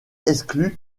exclus